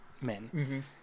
men